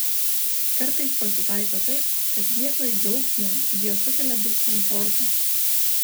kartais pasitaiko taip kad vietoj džiaugsmo jie sukelia diskomfortą